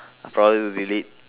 probably will delete